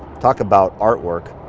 talk about artwork.